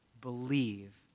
believe